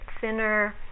thinner